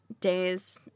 days